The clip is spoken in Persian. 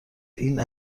این